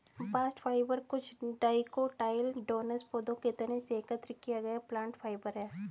bast fibre कुछ dicotyledonous पौधों के तने से एकत्र किया गया प्लांट फाइबर है